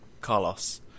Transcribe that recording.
Carlos